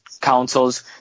Council's